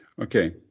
Okay